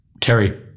Terry